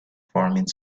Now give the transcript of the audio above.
farming